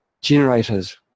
generators